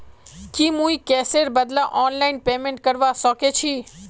की मुई कैशेर बदला ऑनलाइन पेमेंट करवा सकेछी